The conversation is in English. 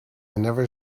never